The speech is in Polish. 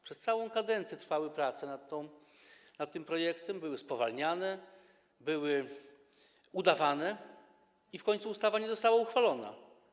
Przez całą kadencję trwały prace nad tym projektem, były spowalniane, były udawane, i w końcu ustawa nie została uchwalona.